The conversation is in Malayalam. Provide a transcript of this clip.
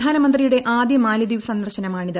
പ്രധാനമന്ത്രിയുടെ ആദ്യ മാലിദ്വീപ് സന്ദർശനമാണിത്